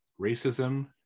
racism